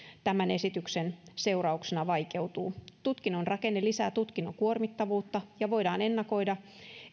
tämän esityksen seurauksena vaikeutuu tutkinnon rakenne lisää tutkinnon kuormittavuutta ja voidaan ennakoida